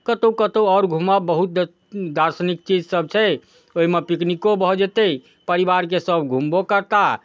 कतहु कतहु आओर घुमब बहुत दार्शनिक चीजसब छै ओहिमे पिकनिको भऽ जेतै परिवारके सब घुमबो करताह